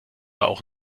auch